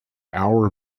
hour